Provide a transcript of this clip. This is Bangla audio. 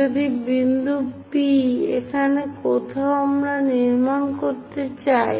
যদি বিন্দু P এখানে কোথাও আমরা নির্মাণ করতে চাই